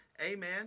amen